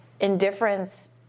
indifference